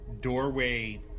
doorway